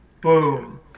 Boom